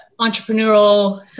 entrepreneurial